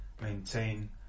maintain